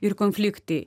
ir konfliktai